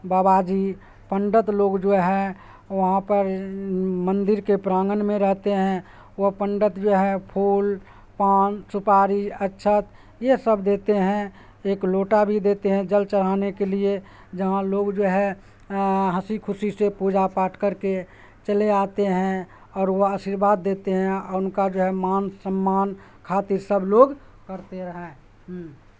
بابا جی پنڈت لوگ جو ہیں وہاں پر مندر کے پرانگن میں رہتے ہیں وہ پنڈت جو ہے پھول پان سپاری اچھا یہ سب دیتے ہیں ایک لوٹا بھی دیتے ہیں جل چڑھانے کے لیے جہاں لوگ جو ہے ہنسی خوشی سے پوجا پاٹھ کر کے چلے آتے ہیں اور وہ آشرواد دیتے ہیں وہ ان کا جو ہے مان سمان خاطر سب لوگ کرتے ہیں ہوں